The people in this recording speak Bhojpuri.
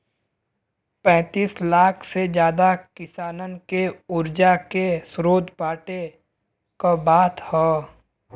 पैंतीस लाख से जादा किसानन के उर्जा के स्रोत बाँटे क बात ह